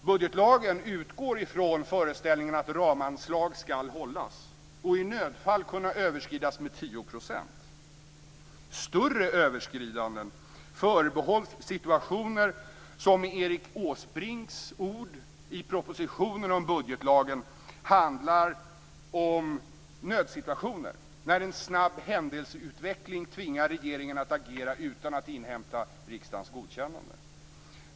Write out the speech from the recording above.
Budgetlagen utgår från föreställningen att ramanslag skall hållas och i nödfall kunna överskridas med 10 %. Större överskridanden förbehålls situationer som med Erik Åsbrinks ord i propositionen om budgetlagen karakteriseras som nödsituationer, när en snabb händelseutveckling tvingar regeringen att agera utan att inhämta riksdagens godkännande.